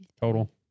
Total